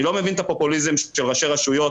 אני לא מבין את הפופוליזם של ראשי רשויות,